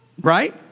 Right